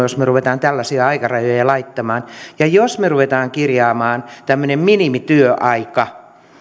jos me rupeamme tällaisia aikarajoja laittamaan ja jos me rupeamme kirjaamaan tämmöistä minimityöaikaa